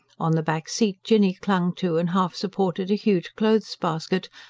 on the back seat, jinny clung to and half supported a huge clothes-basket,